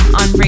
on